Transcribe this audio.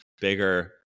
Bigger